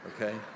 okay